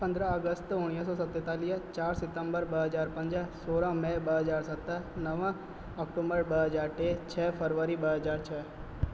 पंद्रहं अगस्त उणिवीह सौ सतेतालीह चारि सितम्बर ॿ हज़ार पंज सोरहं मई ॿ हज़ार सत नव ऑक्टोम्बर ॿ हज़ार टे छह फ़रवरी ॿ हज़ार छह